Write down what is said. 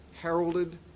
heralded